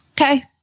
Okay